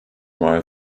while